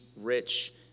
rich